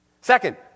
Second